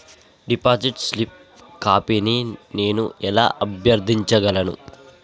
Deposit slip కాపీని నేను ఎలా అభ్యర్థించగలను?